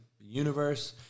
universe